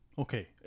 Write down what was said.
Okay